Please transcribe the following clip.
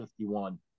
51